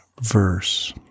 verse